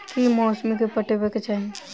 की मौसरी केँ पटेबाक चाहि?